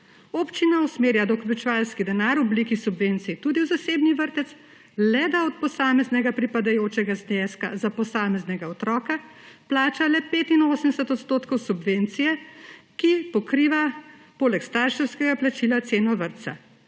Občina usmerja davkoplačevalski denar v obliki subvencije tudi v zasebni vrtec, le da od posameznega pripadajočega zneska za posameznega otroka plača le 85 odstotkov subvencije, ki pokriva poleg starševskega plačila, ceno vrtca,